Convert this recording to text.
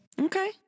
Okay